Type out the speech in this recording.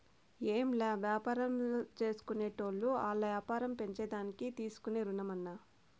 ఏంలా, వ్యాపారాల్జేసుకునేటోళ్లు ఆల్ల యాపారం పెంచేదానికి తీసే రుణమన్నా